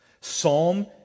Psalm